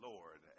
Lord